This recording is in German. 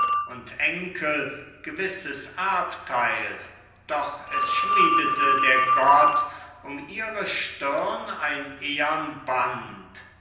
und enkel gewisses erbtheil doch es schmiedete der gott um ihre stirn ein ehern band